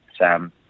Sam